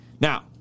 now